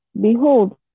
behold